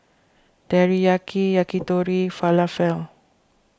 Teriyaki Yakitori and Falafel